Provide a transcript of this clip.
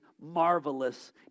marvelous